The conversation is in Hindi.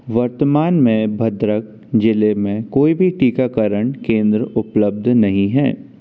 वर्तमान में भद्रक ज़िले में कोई भी टीकाकरण केंद्र उपलब्ध नहीं है